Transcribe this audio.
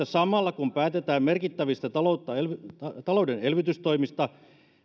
samalla kun päätetään merkittävistä talouden elvytystoimista